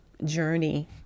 journey